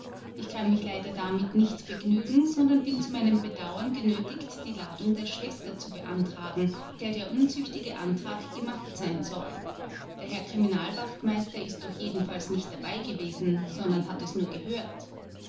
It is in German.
ich kann mich leider damit nicht begnügen sondern bin zu meinem bedauern genötigt die ladung der schwester zu beantragen der der unzüchtige antrag gemacht sein soll der herr kriminalwachtmeister ist doch jedenfalls nicht dabei gewesen sondern hat es nur gehört